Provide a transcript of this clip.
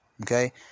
Okay